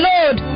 Lord